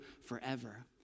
forever